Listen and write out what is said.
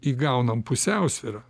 įgaunam pusiausvyrą